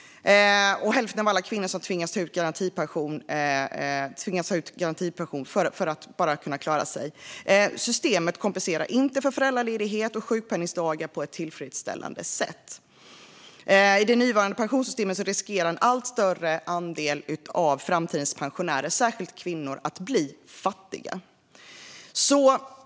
Hälften av alla kvinnor tvingas ta ut garantipension bara för att klara sig. Systemet kompenserar inte för föräldraledighet och sjukpenningdagar på ett tillfredsställande sätt. I det nuvarande pensionssystemet riskerar en allt större andel av framtidens pensionärer, särskilt kvinnor, att bli fattiga.